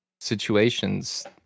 situations